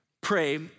pray